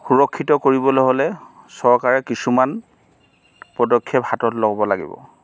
সুৰক্ষিত কৰিবলৈ হ'লে চৰকাৰে কিছুমান পদক্ষেপ হাতত ল'ব লাগিব